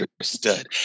understood